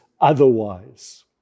otherwise